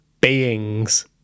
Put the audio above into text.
beings